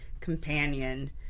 companion